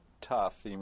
tough